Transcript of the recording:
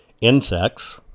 insects